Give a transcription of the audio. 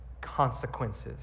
consequences